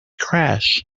crash